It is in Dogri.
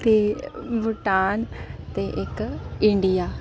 ते भूटान ते इक इंडिया